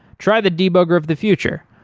try the debugger of the future,